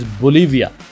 Bolivia